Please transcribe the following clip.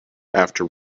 after